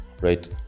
Right